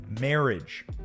marriage